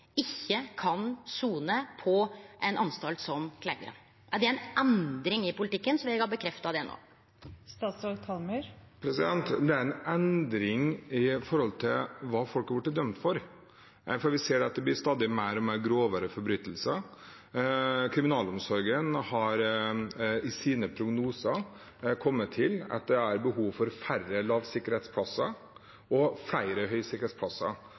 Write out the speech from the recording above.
ikkje kan sone på ein anstalt som Kleivgrend? Er det ei endring i politikken, vil eg ha bekrefta det no. Det er en endring i forhold til hva folk har blitt dømt for. Vi ser at det blir stadig flere og grovere forbrytelser. Kriminalomsorgen har i sine prognoser kommet til at det er behov for færre lavsikkerhetsplasser og